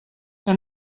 que